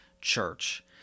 church